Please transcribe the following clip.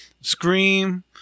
scream